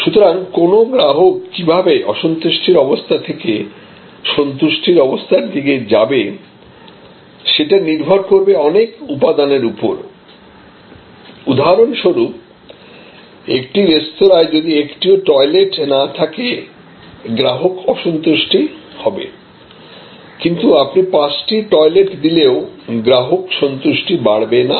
সুতরাং কোন গ্রাহক কিভাবে অসন্তুষ্টির অবস্থা থেকে সন্তুষ্টি অবস্থার দিকে যাবে সেটা নির্ভর করবে অনেক উপাদানের উপর উদাহরণস্বরূপ একটি রেস্তোরাঁয় যদি একটিও টয়লেট না থাকে গ্রাহক অসন্তুষ্ট হবে কিন্তু আপনি পাঁচটি টয়লেট দিলেও গ্রাহক সন্তুষ্টি বাড়বে না